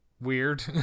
weird